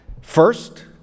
First